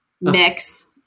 mix